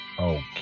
Okay